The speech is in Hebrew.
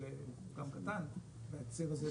הוא גם קטן, הציר הזה בעצם,